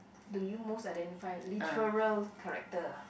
do you most identify literal character ah